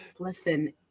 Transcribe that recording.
Listen